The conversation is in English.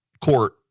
court